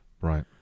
Right